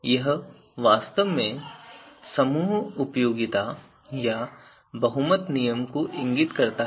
यह वास्तव में अधिकतम समूह उपयोगिता या बहुमत नियम को इंगित करता है